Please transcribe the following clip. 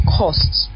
costs